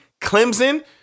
Clemson